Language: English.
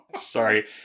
sorry